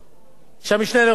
שהמשנה לראש הממשלה